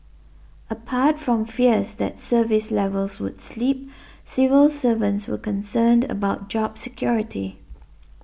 apart from fears that service levels would slip civil servants were concerned about job security